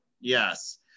Yes